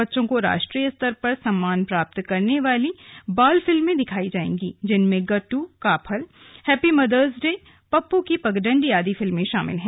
बच्चों को राष्ट्रीय स्तर पर सम्मान प्राप्त करने वाली बाल फिल्में दिखाई जाएंगी जिनमें गद्द Kafal happy mother's day Pappu की पगडंडी आदि फिल्में शामिल हैं